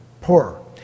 Poor